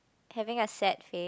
having a sad day